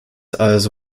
also